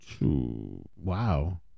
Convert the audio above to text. wow